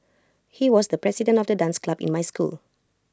he was the president of the dance club in my school